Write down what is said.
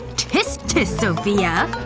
tisk tisk, sofia.